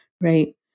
Right